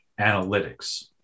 analytics